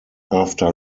after